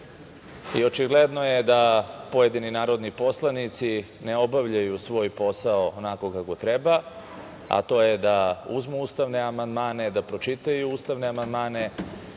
i očigledno je da pojedini narodni poslanici ne obavljaju svoj posao onako kako treba, a to je da uzmu ustavne amandmane, da pročitaju ustavne amandmane,